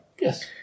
Yes